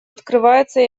открывается